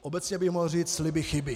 Obecně bych mohl říci sliby chyby.